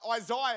Isaiah